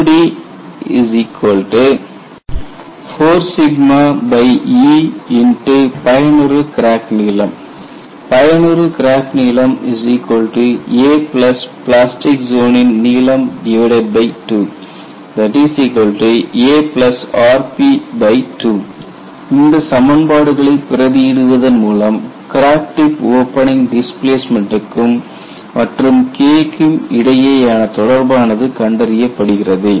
COD 4E பயனுறு crack நீளம் பயனுறு கிராக் நீளம் a பிளாஸ்டிக் ஜோனின் நீளம் 2 a rp2 இந்த சமன்பாடுகளை பிரதி இடுவதன் மூலம் கிராக் டிப் ஓபனிங் டிஸ்பிளேஸ்மெண்ட்டுக்கும் மற்றும் K க்கும் இடையேயான தொடர்பானது கண்டறியப்படுகிறது